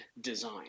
design